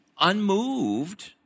unmoved